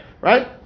Right